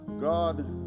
God